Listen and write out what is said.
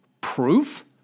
proof